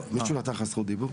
מישהו נתן לך זכות דיבור?